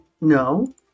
No